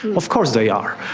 of course they are.